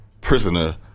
prisoner